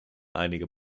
einige